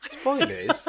spoilers